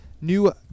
new